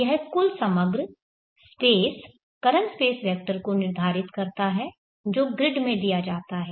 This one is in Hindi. यह कुल समग्र स्पेस करंट स्पेस वेक्टर को निर्धारित करता है जो ग्रिड में दिया जाता है